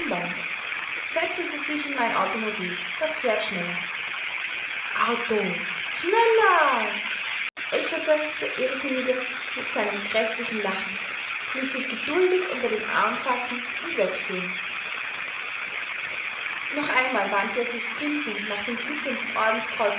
setzen sie sich in mein automobil das fährt schneller auto schneller echote der irrsinnige mit seinem gräßlichen lachen ließ sich geduldig unter den arm fassen und wegführen noch einmal wandte er sich grinsend nach den glitzernden